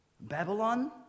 Babylon